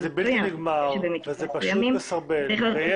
זה פשוט מסרבל.